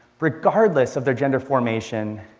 regardless of their gender formation,